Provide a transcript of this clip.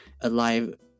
Alive